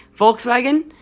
Volkswagen